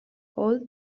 hall